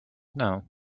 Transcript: know